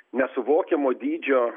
nesuvokiamo dydžio